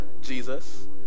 Jesus